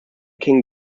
king